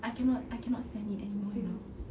I cannot I cannot stand it anymore you know